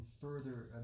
further